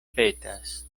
petas